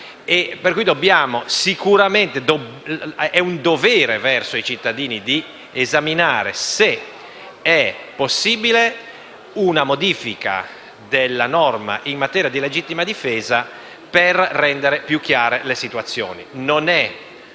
È, allora, dovere verso i cittadini esaminare se è possibile una modifica della norma in materia di legittima difesa per rendere più chiare le situazioni. Non è accettabile